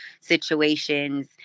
situations